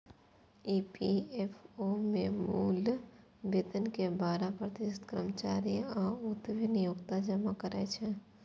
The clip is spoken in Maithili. ई.पी.एफ.ओ मे मूल वेतन के बारह प्रतिशत कर्मचारी आ ओतबे नियोक्ता जमा करै छै